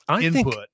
input